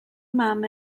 mam